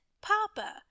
papa